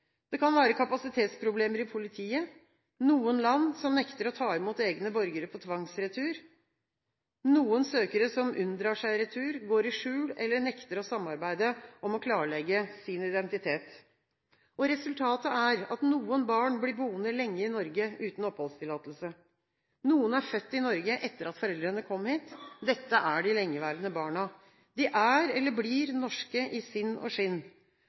Det kan være kapasitetsproblemer i politiet, noen land nekter å ta imot egne borgere på tvangsretur, noen søkere unndrar seg retur, går i skjul eller nekter å samarbeide om å klarlegge sin identitet. Resultatet er at noen barn blir boende lenge i Norge, uten oppholdstillatelse. Noen er født i Norge etter at foreldrene kom hit. Dette er de lengeværende barna. De er, eller blir, norske i sinn og skinn.